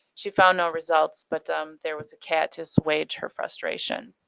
she found no results but there was a cat to assuage her frustration.